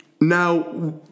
Now